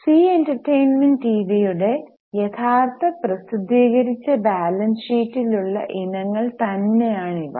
see entertainment ടിവിയുടെ യഥാർത്ഥ പ്രസിദ്ധീകരിച്ച ബാലൻസ് ഷീറ്റിൽ ഉള്ള ഇനങ്ങൾ തന്നെ ആണ് ഇവ